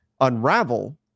unravel